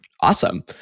Awesome